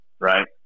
Right